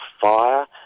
fire